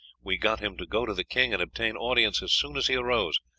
we got him to go to the king and obtain audience as soon as he arose,